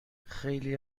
خیلی